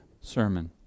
sermon